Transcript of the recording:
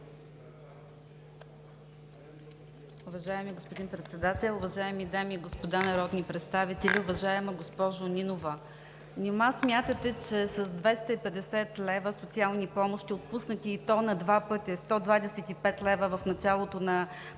Уважаеми господин Председател, уважаеми дами и господа народни представители! Уважаема госпожо Нинова, нима смятате, че с 250 лв. социални помощи, отпуснати, и то на два пъти – 125 лв. в началото на